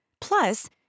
Plus